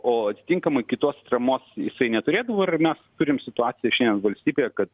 o atitinkamai kitos atramos jisai neturėdavo ir mes turim situaciją šiandien valstybėje kad